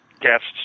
guests